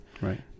Right